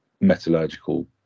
metallurgical